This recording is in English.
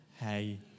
Hey